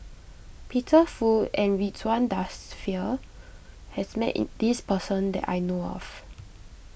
Peter Fu and Ridzwan Dzafir has met it this person that I know of